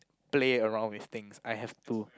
play around with things I have to